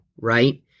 right